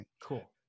Cool